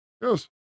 Yes